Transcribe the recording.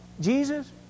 Jesus